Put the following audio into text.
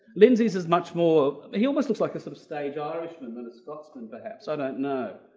lindsay's is much more he almost looks like a substage irishman. and scotsman perhaps. i don't know.